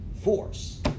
force